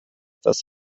das